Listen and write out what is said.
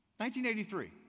1983